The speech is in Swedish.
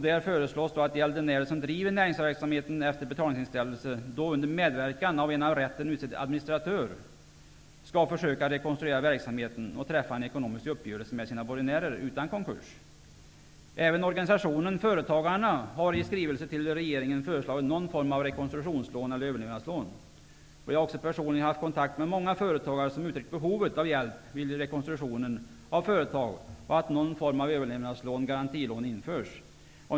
Man föreslår att gäldenär, som under medverkan av en av rätten utsedd administratör driver näringsverksamhet efter betalningsinställelse, skall försöka rekonstruera verksamheten och träffa en ekonomisk uppgörelse med sina borgenärer utan konkurs. Även organisationen Företagarna har i skrivelse till regeringen föreslagit någon form av rekonstruktionslån eller överlevnadslån. Jag har också personligen haft kontakt med många företagare som uttryckt behovet av hjälp vid rekonstruktioner av företag och av att någon form av överlevnadslån, garantilån, införs.